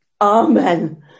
Amen